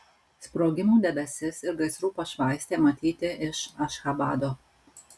sprogimų debesis ir gaisrų pašvaistė matyti iš ašchabado